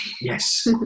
Yes